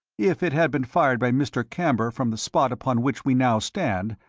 if it had been fired by mr. camber from the spot upon which we now stand,